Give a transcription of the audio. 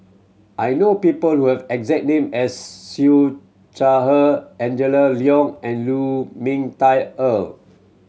I know people who have the exact name as Siew Shaw Her Angela Liong and Lu Ming Teh Earl